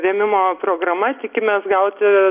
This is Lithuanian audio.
rėmimo programa tikimės gauti